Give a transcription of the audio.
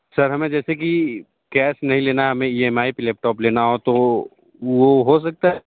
sir हमें जैसे की केस नहीं लेना है हमें ई एम आई पे लैपटॉप लेना हो तो वो हो सकता है